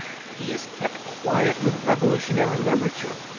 he is kept quiet with revolutionary literature.